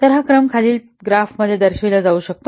तर हा क्रम खालील ग्राफ मध्ये दर्शविला जाऊ शकतो